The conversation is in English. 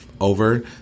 over